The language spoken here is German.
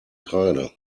kreide